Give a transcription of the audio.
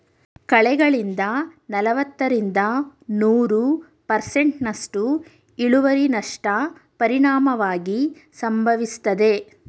ಕಳೆಗಳಿಂದ ನಲವತ್ತರಿಂದ ನೂರು ಪರ್ಸೆಂಟ್ನಸ್ಟು ಇಳುವರಿನಷ್ಟ ಪರಿಣಾಮವಾಗಿ ಸಂಭವಿಸ್ತದೆ